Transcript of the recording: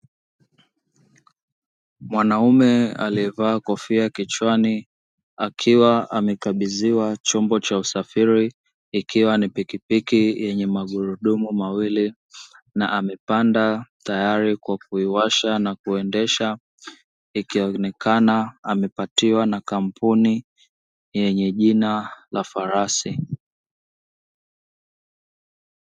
Mwanaume aliyevaa kofia kichwani akiwa amekabidhiwa chombo cha usafiri, ikiwa ni pikipiki yenye magurudumu mawili na amepanda tayari kwa kuiwasha na kuendesha, ikionekana amepatiwa na kampuni yenye jina la farasi.